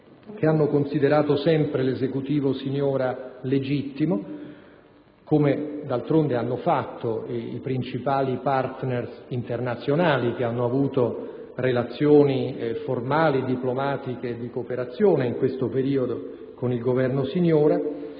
che hanno considerato sempre l'Esecutivo Siniora legittimo, come d'altronde hanno fatto i principali partner internazionali che hanno avuto relazioni formali, diplomatiche e di cooperazione in questo periodo con il Governo Siniora,